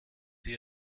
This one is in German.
sie